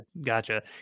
Gotcha